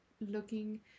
looking